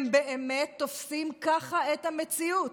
הם באמת תופסים ככה את המציאות,